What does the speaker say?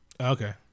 Okay